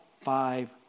five